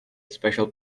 special